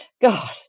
God